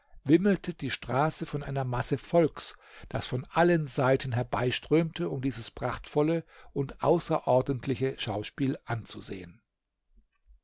wimmelte die straße von einer masse volks das von allen seiten herbeiströmte um dieses prachtvolle und außerordentliche schauspiel anzusehen